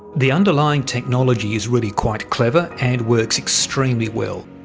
the underlying technology is really quite clever and works extremely well.